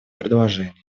предложениями